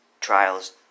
trials